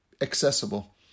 accessible